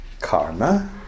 karma